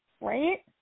right